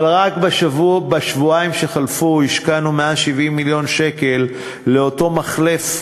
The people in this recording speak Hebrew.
אבל רק בשבועיים שחלפו השקענו 170 מיליון שקלים באותו מחלף,